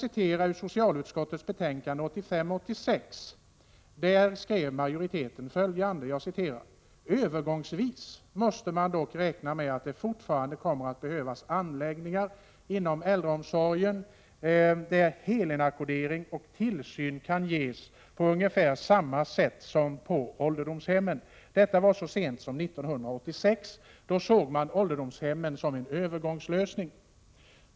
I socialutskottets betänkande 1985/86:11 citerade majoriteten ett tidigare ställningstagande: ”Övergångsvis måste man dock räkna med att det fortfarande kommer att behövas anläggningar inom äldreomsorgen där helinackordering och tillsyn kan ges på ungefär samma sätt som på ålderdomshemmen.” År 1986 såg man ålderdomshemmen som en övergångslösning.